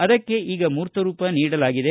ಅದಕ್ಕೆ ಈಗ ಮೂರ್ತರೂಪ ನೀಡಲಾಗಿದೆ